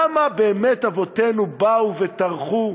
למה באמת אבותינו באו וטרחו?